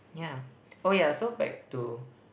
yeah oh yeah so back to